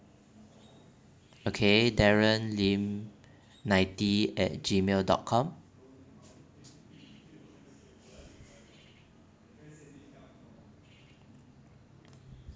okay darren lim ninety at Gmail dot com